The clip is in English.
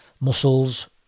muscles